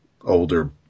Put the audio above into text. older